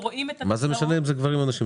למה משנה אם זה גברים או נשים?